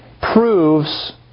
proves